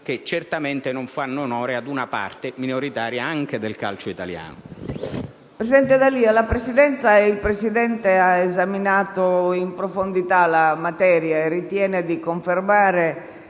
che certamente non fanno onore ad una parte minoritaria, anche del calcio italiano.